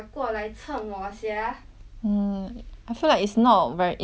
mm I feel like it's not very it's not simple task ah too